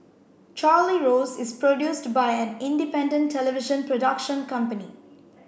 Charlie Rose is produced by an independent television production company